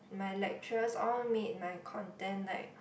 my lecturers all made my content like